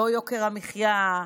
לא יוקר המחיה,